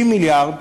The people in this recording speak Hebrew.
60 מיליארד